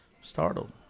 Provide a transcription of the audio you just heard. startled